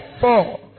four